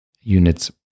units